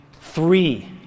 three